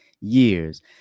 years